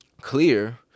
clear